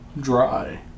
dry